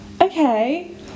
Okay